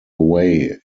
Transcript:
away